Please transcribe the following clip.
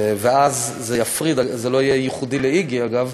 זה לא יהיה ייחודי ל"איגי" אגב,